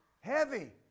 Heavy